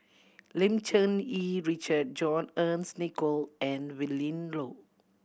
Lim Cherng Yih Richard John Fearns Nicoll and Willin Low